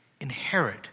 inherit